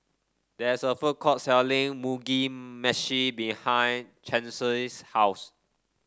there is a food court selling Mugi Meshi behind Chauncey's house